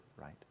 Right